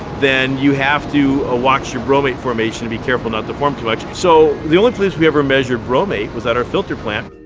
then you have to ah watch your bromate formation. be careful not to form too much. so, the only places we ever measured bromate was at our filter plant.